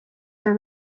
for